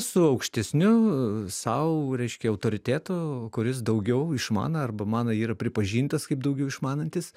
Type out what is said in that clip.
su aukštesniu sau reiškia autoritetu kuris daugiau išmano arba man yra pripažintas kaip daugiau išmanantis